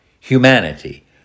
humanity